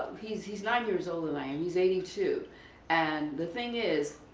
he's he's nine years older than i am, he's eighty two and the thing is,